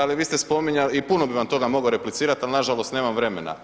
Ali vi ste spominjali i puno bi vam toga mogao replicirati, ali na žalost nemam vremena.